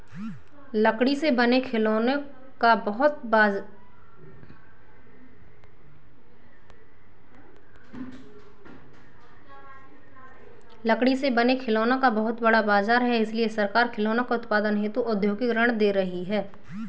लकड़ी से बने खिलौनों का बहुत बड़ा बाजार है इसलिए सरकार खिलौनों के उत्पादन हेतु औद्योगिक ऋण दे रही है